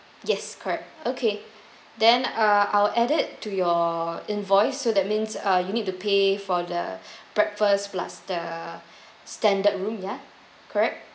yes correct okay then uh I'll add it to your invoice so that means uh you need to pay for the breakfast plus the standard room ya correct